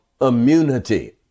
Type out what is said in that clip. immunity